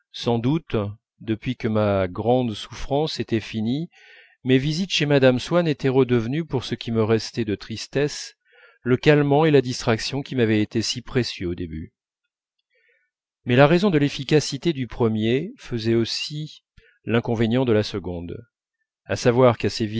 sans doute depuis que ma grande souffrance était finie mes visites chez mme swann étaient redevenues pour ce qui me restait de tristesse le calmant et la distraction qui m'avaient été si précieux au début mais la raison de l'efficacité du premier faisait l'inconvénient de la seconde à savoir qu'à